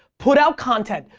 put out content.